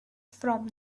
from